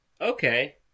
Okay